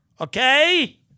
Okay